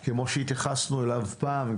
כמו שהתייחסנו אליו פעם.